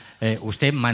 ¿Usted